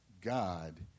God